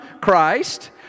Christ